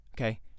Okay